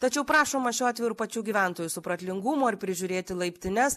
tačiau prašoma šiuo atveju ir pačių gyventojų supratingumo ir prižiūrėti laiptines